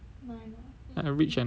I reach at nine lor